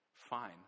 fine